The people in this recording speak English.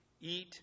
eat